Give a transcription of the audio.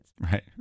Right